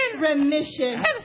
remission